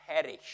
perish